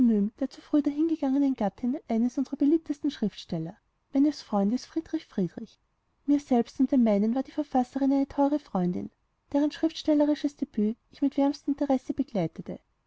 der zu früh dahingegangenen gattin eines unsrer beliebtesten schriftsteller meines freundes friedrich friedrich mir selbst und den meinen war die verfasserin eine teure freundin deren schriftstellerisches debüt ich mit wärmstem interesse begleitete